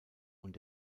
und